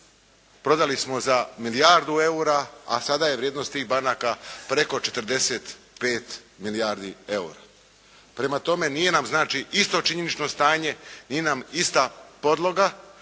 prodali smo za milijardu eura, a sada je vrijednost tih banaka preko 45 milijardi eura. Prema tome, nije nam isto činjenično stanje, nije nam ista podloga,